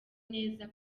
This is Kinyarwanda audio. neza